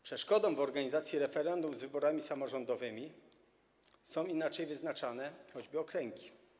Przeszkodą w organizacji referendum z wyborami samorządowymi są choćby inaczej wyznaczane okręgi.